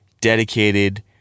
dedicated